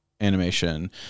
animation